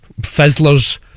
fizzlers